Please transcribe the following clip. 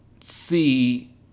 see